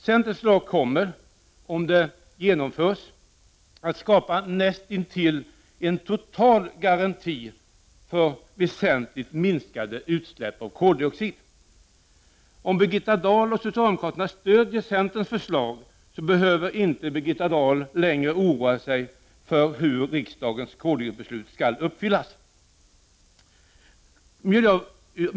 Centerns förslag kommer — om det genomförs — att skapa näst intill en total garanti för väsentligt minskade utsläpp av koldioxid. Om Birgitta Dahl och socialdemokraterna stödjer centerns förslag, behöver inte Birgitta Dahl längre oroa sig för hur riksdagens koldioxidbeslut skall fullföljas.